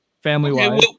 family-wise